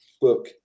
book